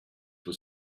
was